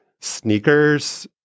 sneakers